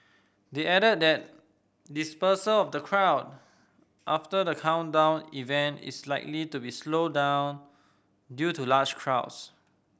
they added that dispersal of the crowd after the countdown event is likely to be slow down due to large crowds